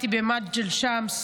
מצאתי במג'דל שמס